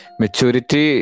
maturity